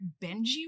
benji